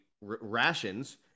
rations